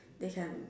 they can